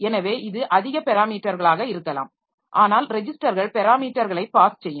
எனவே இது அதிக பெராமீட்டர்களாக இருக்கலாம் ஆனால் ரெஜிஸ்டர்கள் பெராமீட்டர்களை பாஸ் செய்யும்